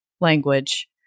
language